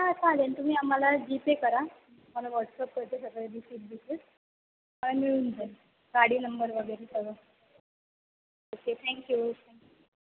हां चालेल तुम्ही आम्हाला जीपे करा तुम्हाला व्हॉट्सअप करते सगळे रिसिट बेसिट मग मिळून जाईल गाडी नंबर वगैरे सगळं ओके थँक्यू